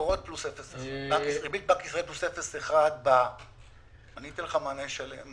מקורות פלוס 0.1%. ריבית בנק ישראל פלוס 0.1%. אני אתן לך מענה מלא,